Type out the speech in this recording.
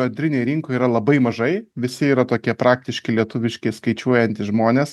antrinėj rinkoj yra labai mažai visi yra tokie praktiški lietuviški skaičiuojantys žmonės